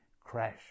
crash